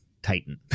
titan